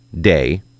day